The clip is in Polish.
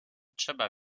trzeba